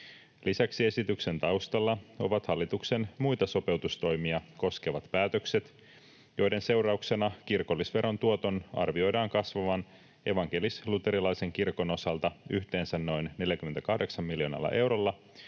Lisäksi esityksen taustalla ovat hallituksen muita sopeutustoimia koskevat päätökset, joiden seurauksena kirkollisveron tuoton arvioidaan kasvavan evankelis-luterilaisen kirkon osalta yhteensä noin 48 miljoonalla eurolla